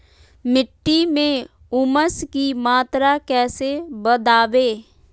मिट्टी में ऊमस की मात्रा कैसे बदाबे?